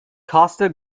costa